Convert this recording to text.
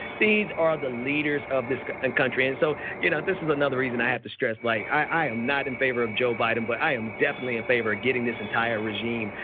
these are the leaders of this and country. and so you know this is another reason i have to stress like i am not in favor of joe biden, but i am definitely in favor of getting this entire regime,